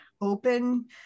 open